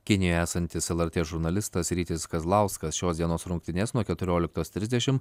kinijoje esantis lrt žurnalistas rytis kazlauskas šios dienos rungtynes nuo keturioliktos trisdešim